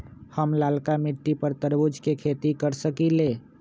हम लालका मिट्टी पर तरबूज के खेती कर सकीले?